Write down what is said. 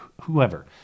whoever